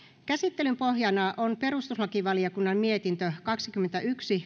käsittelyn pohjana on perustuslakivaliokunnan mietintö kaksikymmentäyksi